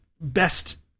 best